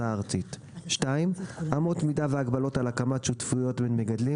הארצית; אמות מידה והגבלות על הקמת שותפויות בין מגדלים,